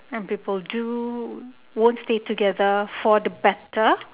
and people do won't stay together for the better